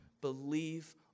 Believe